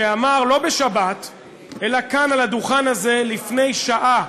שאמר, לא בשבת אלא כאן, על הדוכן הזה, לפני שעה,